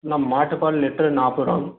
அண்ணா மாட்டு பால் லிட்டர் நாற்பரூவாங்க